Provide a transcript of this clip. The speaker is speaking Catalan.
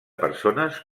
persones